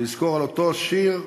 לזכור את אותו שיר,